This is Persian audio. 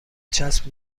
چسب